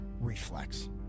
reflex